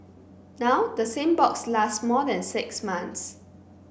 now the same box lasts more than six months